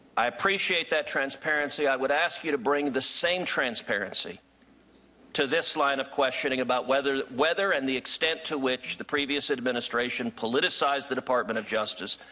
i appreciate that transparency. i would ask you to bring the same transparency to this line of questioning about whether whether and the extent to which the previous administration politicized the department of justice,